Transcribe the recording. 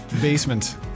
basement